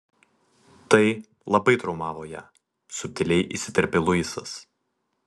tai labai traumavo ją subtiliai įsiterpia luisas